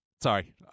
sorry